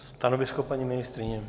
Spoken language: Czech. Stanovisko, paní ministryně?